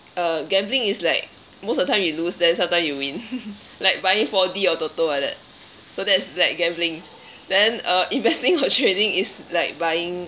uh gambling is like most of the time you lose then sometime you win like buying four D or toto like that so that's like gambling then uh investing or trading is like buying